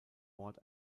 ort